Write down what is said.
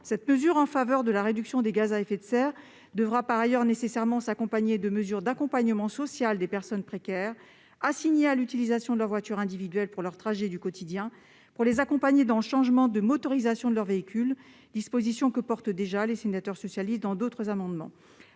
Cette mesure en faveur de la réduction des gaz à effet de serre devra, par ailleurs, nécessairement s'accompagner de mesures d'accompagnement social des personnes précaires assignées à l'utilisation de leur voiture individuelle pour leurs trajets du quotidien, afin de les aider à changer la motorisation de leur véhicule. Ces dispositions sont d'ores et déjà défendues par les sénateurs socialistes d'autres amendements.